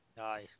Aye